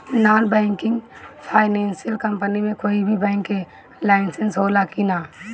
Non banking financial company मे कोई भी बैंक के लाइसेन्स हो ला कि ना?